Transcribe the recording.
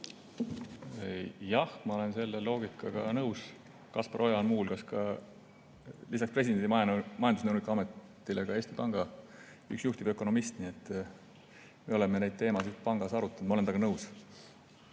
Jah, ma olen selle loogikaga nõus. Kaspar Oja on muu hulgas lisaks presidendi majandusnõuniku ametile ka üks Eesti Panga juhtivökonomiste, nii et me oleme neid teemasid pangas arutanud. Ma olen temaga nõus.